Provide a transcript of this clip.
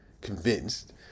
convinced